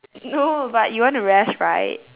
no but you want to rest right